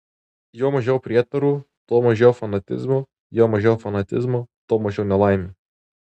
juo mažiau prietarų tuo mažiau fanatizmo juo mažiau fanatizmo tuo mažiau nelaimių